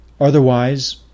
Otherwise